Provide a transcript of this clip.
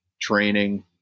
training